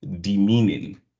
demeaning